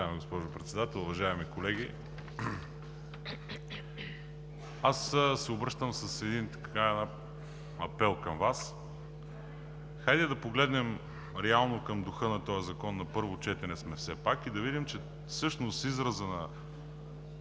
Уважаема госпожо Председател, уважаеми колеги! Аз се обръщам с един апел към Вас: хайде да погледнем реално към духа на този закон, на първо четене сме все пак и да видим, че всъщност изразът на